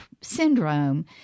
syndrome